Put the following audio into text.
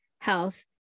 health